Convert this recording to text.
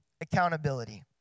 accountability